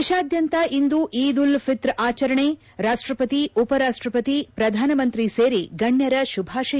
ದೇಶಾದ್ದಂತ ಇಂದು ಈದ್ ಉಲ್ ಫಿತರ್ ಆಚರಣೆ ರಾಷ್ಷಪತಿ ಉಪರಾಷ್ಷಪತಿ ಪ್ರಧಾನಮಂತ್ರಿ ಸೇರಿ ಗಣ್ದರ ಶುಭಾಶಯ